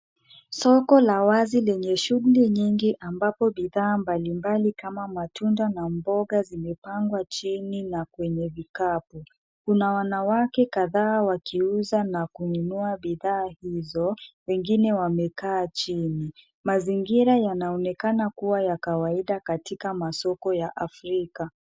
Soko la wazi lenye shughuli nyingi ambapo bidhaa mbalimbali kama matunda na mboga zimepangwa chini na kwenye vikapu. Kuna wanawake kadhaa wakiuza na kununua bidhaa hizo, wengine wamekaa chini. Mazingira yanaonekana kuwa ya kawaida katika masoko ya Afrika.